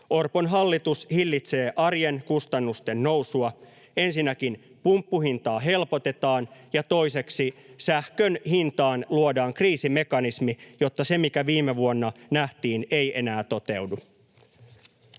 Orpon hallitus hillitsee arjen kustannusten nousua: ensinnäkin pumppuhintaa helpotetaan ja toiseksi sähkön hintaan luodaan kriisimekanismi, jotta se, mikä viime vuonna nähtiin, ei enää toteudu.